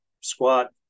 Squat